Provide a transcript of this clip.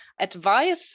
advice